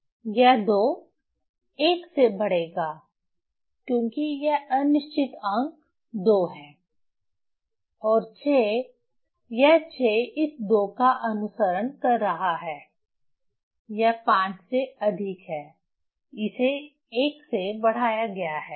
यह 2 1 से बढ़ेगा क्योंकि यह अनिश्चित अंक 2 है और 6 यह 6 इस 2 का अनुसरण कर रहा है यह 5 से अधिक है इसे 1 से बढ़ाया गया है